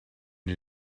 den